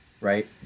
right